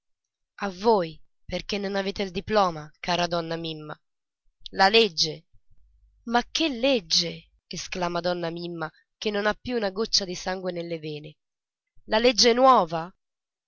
a voi perché non avete il diploma cara donna mimma la legge ma che legge esclama donna mimma che non ha più una goccia di sangue nelle vene legge nuova